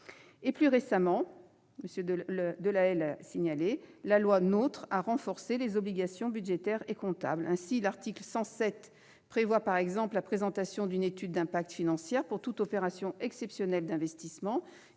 Plus récemment, la loi NOTRe a renforcé les obligations budgétaires et comptables. Ainsi, son article 107 prévoit, par exemple, la présentation d'une étude d'impact financière pour « toute opération exceptionnelle d'investissement